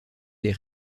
des